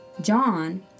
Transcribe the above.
John